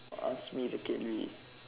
ask me the கேள்வி:keelvi